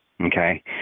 Okay